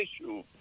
issue